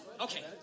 Okay